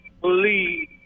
believe